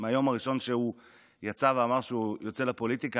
מהיום הראשון שהוא יצא ואמר שהוא יוצא לפוליטיקה,